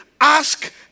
Ask